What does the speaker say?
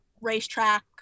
racetrack